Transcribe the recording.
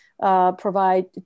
provide